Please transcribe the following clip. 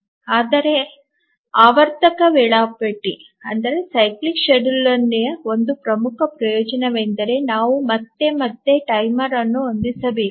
ಆದರೆ ಆವರ್ತಕ ವೇಳಾಪಟ್ಟಿಯ ಒಂದು ಪ್ರಮುಖ ಪ್ರಯೋಜನವೆಂದರೆ ನಾವು ಮತ್ತೆ ಮತ್ತೆ ಟೈಮರ್ ಅನ್ನು ಹೊಂದಿಸಬೇಕಾಗಿಲ್ಲ